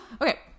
okay